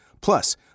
Plus